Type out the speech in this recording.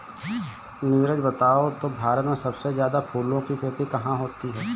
नीरज बताओ तो भारत में सबसे ज्यादा फूलों की खेती कहां होती है?